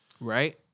Right